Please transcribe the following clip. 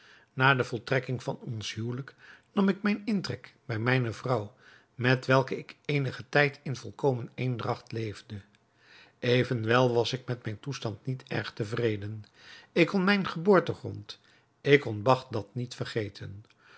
na de voltrekking van ons huwelijk nam ik mijn intrek bij mijne vrouw met welke ik eenigen tijd in volkomen eendragt leefde evenwel was ik met mijn toestand niet erg tevreden ik kon mijn geboortegrond ik kon bagdad niet vergeten